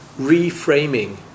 reframing